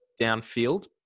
downfield